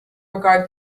regard